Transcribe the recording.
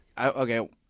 okay